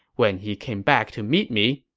when he came back to meet me,